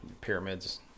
pyramids